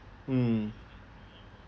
mm